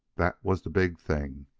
that was the big thing.